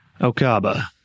Okaba